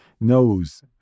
knows